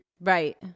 Right